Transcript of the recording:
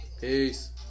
Peace